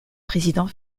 président